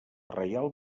reial